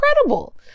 incredible